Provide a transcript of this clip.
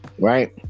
right